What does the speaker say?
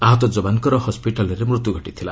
ଆହତ ଯବାନଙ୍କର ହସ୍କିଟାଲ୍ରେ ମୃତ୍ୟୁ ଘଟିଥିଲା